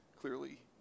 clearly